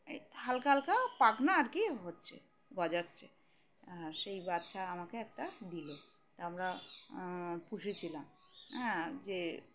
এই হালকা হালকা পাখনা আর কি হচ্ছে গজাচ্ছে আর সেই বাচ্চা আমাকে একটা দিলো তা আমরা পুষে ছিলাম হ্যাঁ যে